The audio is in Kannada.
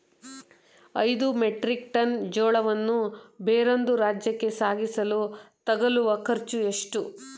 ಐದು ಮೆಟ್ರಿಕ್ ಟನ್ ಜೋಳವನ್ನು ಬೇರೊಂದು ರಾಜ್ಯಕ್ಕೆ ಸಾಗಿಸಲು ತಗಲುವ ಖರ್ಚು ಎಷ್ಟು?